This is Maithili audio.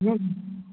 लगमे आउ